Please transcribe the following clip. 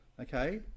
Okay